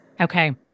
Okay